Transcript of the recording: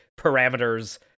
parameters